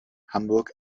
hamburg